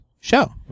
show